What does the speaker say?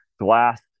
glass